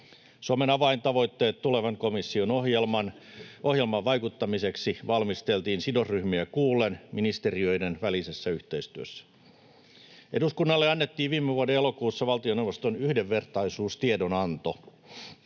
Suomen avaintavoitteet tulevan komission ohjelmaan vaikuttamiseksi valmisteltiin sidosryhmiä kuullen ministeriöiden välisessä yhteistyössä. Eduskunnalle annettiin viime vuoden elokuussa valtioneuvoston yhdenvertaisuustiedonanto.